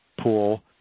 pool